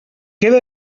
queda